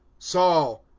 saul,